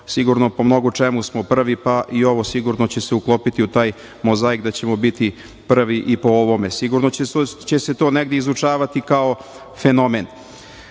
smo po mnogo čemu prvi, pa i ovo sigurno će se uklopiti u taj mozaik da ćemo biti prvi i po ovome. Sigurno će se to negde izučavati kao